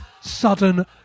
Sudden